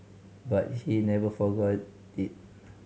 but he never forgot it